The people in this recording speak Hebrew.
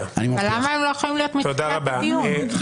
אבל למה הם לא יכולים להיות מתחילת הדיון?